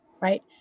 right